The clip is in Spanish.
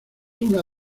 una